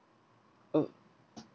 oh